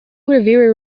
reviewer